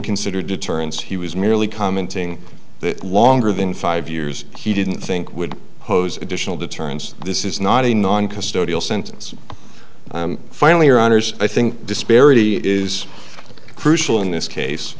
considered deterrence he was merely commenting that longer than five years he didn't think would pose additional deterrence this is not a non custodial sentence finally or honors i think disparity is crucial in this case